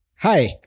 Hi